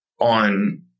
on